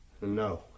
No